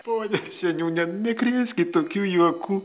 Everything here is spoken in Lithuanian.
pone seniūne nekrėskit tokių juokų